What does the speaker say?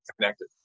connected